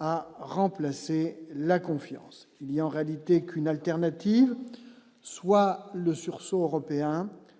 à remplacer la confiance, il y a en réalité qu'une alternative : soit le sursaut européen